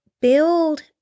build